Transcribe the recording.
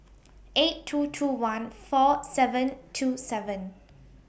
eight two two one four seven two seven